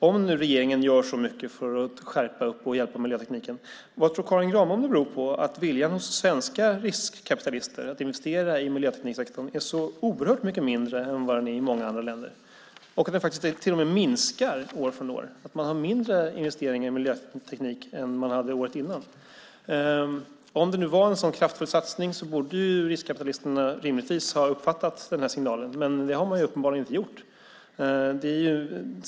Om nu regeringen gör så mycket för att skärpa och hjälpa miljötekniken, vad tror Karin Granbom att det beror på att viljan hos svenska riskkapitalister att investera i miljötekniksektorn är så oerhört mycket mindre än den är i många andra länder? Den minskar till och med år från år; man har mindre investeringar i miljöteknik än man hade året innan. Om det nu var en så kraftfull satsning borde riskkapitalisterna rimligtvis ha uppfattat signalen. Men det har de uppenbarligen inte gjort.